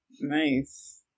Nice